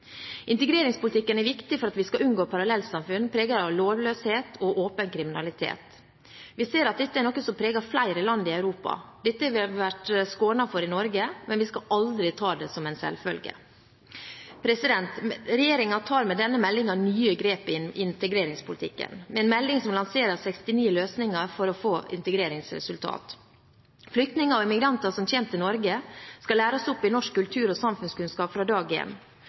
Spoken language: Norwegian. Integreringspolitikken er viktig for at vi skal unngå parallellsamfunn preget av lovløshet og åpen kriminalitet. Vi ser at dette er noe som preger flere land i Europa. Dette har vi vært skånet for i Norge, men vi skal aldri ta det som en selvfølge. Regjeringen tar med denne meldingen nye grep innen integreringspolitikken, en melding som lanserer 69 løsninger for å få integreringsresultat. Flyktninger og migranter som kommer til Norge, skal læres opp i norsk kultur og samfunnskunnskap fra dag